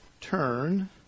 turn